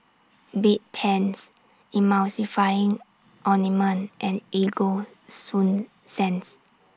Bedpans Emulsying Ointment and Ego Sunsense